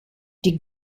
die